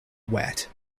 wet